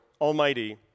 Almighty